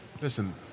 listen